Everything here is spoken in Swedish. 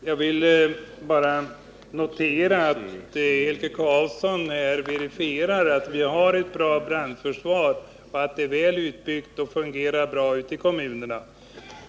Herr talman! Jag vill bara notera att Helge Karlsson verifierar att vi har ett bra brandförsvar, att det är väl uppbyggt och fungerar bra ute i kommunerna.